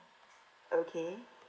okay